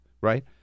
right